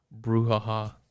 brouhaha